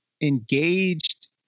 engaged